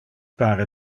pare